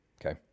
Okay